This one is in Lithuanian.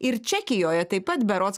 ir čekijoje taip pat berods